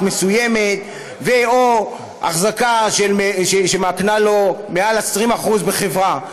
מסוימת ו/או החזקה שמקנה לו מעל 20% בחברה.